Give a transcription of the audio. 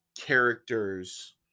characters